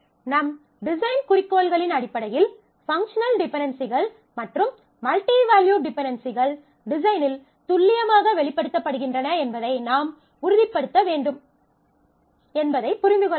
நம் டிசைன் குறிக்கோள்களின் அடிப்படையில் பங்க்ஷனல் டிபென்டென்சிகள் மற்றும் மல்டி வேல்யூட் டிபென்டென்சிகள் டிசைனில் துல்லியமாக வெளிப்படுத்தப்படுகின்றன என்பதை நாம் உறுதிப்படுத்த வேண்டும் என்பதை புரிந்து கொள்ளலாம்